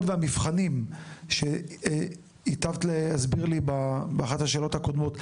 והמבחנים שהיטבת להסביר לי באחת השאלות הקודמות,